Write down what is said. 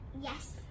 Yes